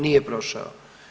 Nije prošao.